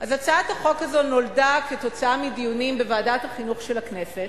הצעת החוק הזאת נולדה כתוצאה מדיונים בוועדת החינוך של הכנסת,